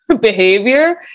behavior